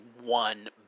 one